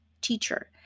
teacher